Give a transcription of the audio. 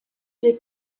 les